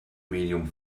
medium